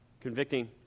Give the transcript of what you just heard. convicting